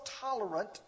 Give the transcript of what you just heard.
tolerant